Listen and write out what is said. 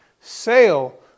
sale